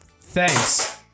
thanks